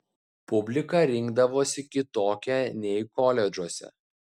publika rinkdavosi kitokia nei koledžuose